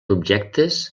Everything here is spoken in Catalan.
objectes